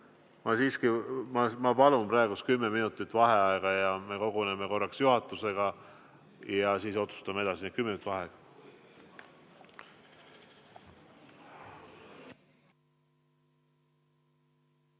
Ma siiski palun praegu kümme minutit vaheaega ja me koguneme korraks juhatusega ja siis otsustame edasi. Kümme minutit vaheaega.V